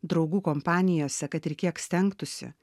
draugų kompanijose kad ir kiek stengtųsi